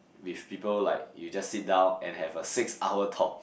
with people like you just sit down and have a six hour talk